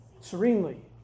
serenely